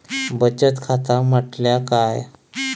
बचत खाता म्हटल्या काय?